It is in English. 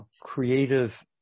creative